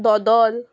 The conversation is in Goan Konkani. दोदोल